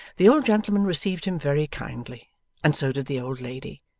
the old gentleman received him very kindly and so did the old lady,